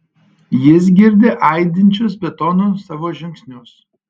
jis girdi aidinčius betonu savo žingsnius